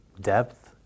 depth